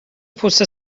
پوست